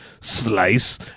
slice